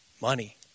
money